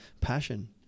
passion